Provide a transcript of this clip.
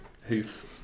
hoof